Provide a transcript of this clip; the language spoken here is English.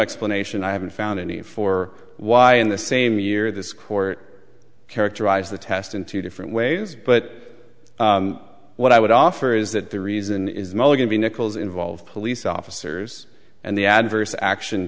explanation i haven't found any for why in the same year this court characterized the test in two different ways but what i would offer is that the reason is mulligan b nichols involved police officers and the adverse action